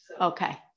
okay